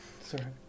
sorry